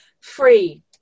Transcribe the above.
free